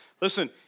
Listen